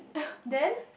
then